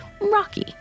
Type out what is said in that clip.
rocky